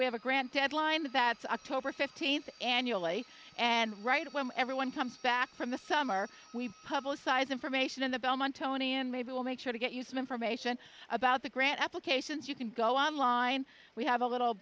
we have a grant deadline that's a cobra fifteenth annually and right when everyone comes back from the summer we publicize information in the belmont tony and maybe we'll make sure to get you some information about the grant applications you can go online we have a little